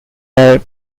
are